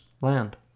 land